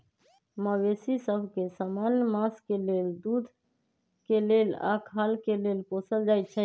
मवेशि सभ के समान्य मास के लेल, दूध के लेल आऽ खाल के लेल पोसल जाइ छइ